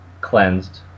cleansed